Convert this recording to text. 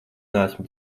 neesmu